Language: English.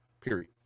Period